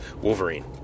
Wolverine